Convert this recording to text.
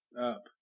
up